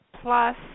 plus